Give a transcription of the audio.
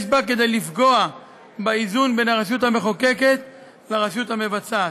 יש בה כדי לפגוע באיזון בין הרשות המחוקקת לרשות המבצעת.